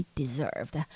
deserved